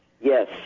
Yes